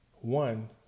One